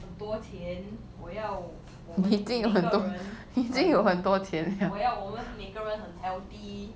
很多钱我要我们每个人很我要我们每个人很 healthy